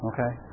Okay